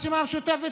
ברשימה המשותפת,